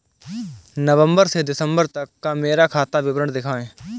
नवंबर से दिसंबर तक का मेरा खाता विवरण दिखाएं?